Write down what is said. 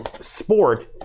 sport